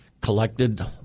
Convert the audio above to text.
collected